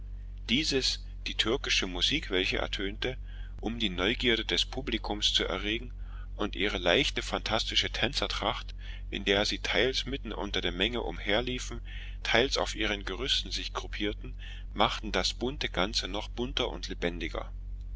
dieses die türkische musik welche ertönte um die neugierde des publikums zu erregen und ihre leichte phantastische tänzertracht in der sie teils mitten unter der menge umherliefen teils auf ihren gerüsten sich gruppierten machten das bunte ganze noch bunter und lebendiger